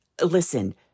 Listen